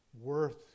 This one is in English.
worth